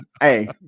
hey